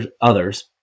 others